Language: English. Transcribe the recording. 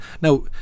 now